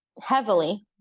Heavily